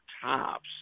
tops